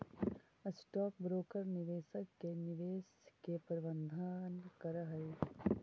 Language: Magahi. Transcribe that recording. स्टॉक ब्रोकर निवेशक के निवेश के प्रबंधन करऽ हई